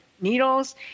needles